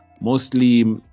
Mostly